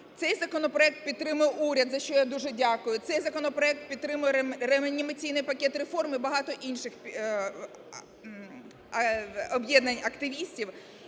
Цей законопроект підтримав уряд, за що я дуже дякую. Цей законопроект підтримує "Реанімаційний пакет реформ" і багато інших об'єднань активістів.